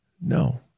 No